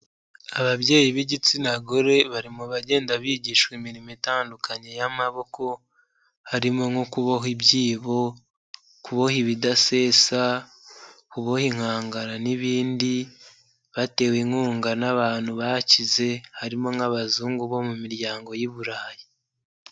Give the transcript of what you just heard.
Ababyeyi b'igitsina gore bari mu bagenda bigishwa imirimo itandukanye y'amaboko, harimo nko kuboha ibyibo, kuboha ibidasesa, kuboho inkangara n'ibindi, batewe inkunga n'abantu bakize, harimo nk'abazungu bo mu miryango y'Iburayi.